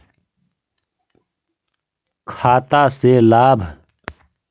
खाता से लाभ?